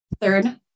Third